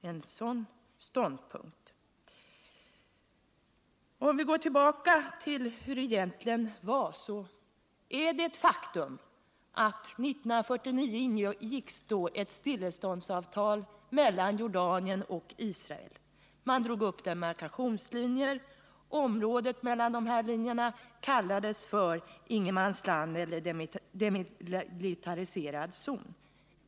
Ett faktum är att 1949 ingicks ett stilleståndsavtal mellan Jordanien och Israel. Man drog upp demarkationslinjer, och området mellan dessa linjer kallades för ingenmansland eller den demilitariserade zonen.